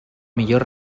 millor